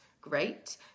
great